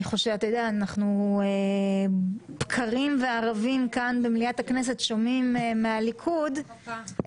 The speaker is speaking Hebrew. אנחנו בקרים וערבים כאן במליאת הכנסת שומעים מהליכוד - כן,